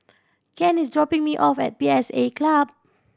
Ken is dropping me off at P S A Club